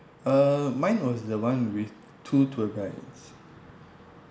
uh mine was the one with two tour guides